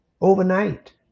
Overnight